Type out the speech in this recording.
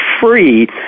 free